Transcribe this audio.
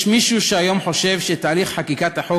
יש מישהו שהיום חושב שתהליך חקיקת החוק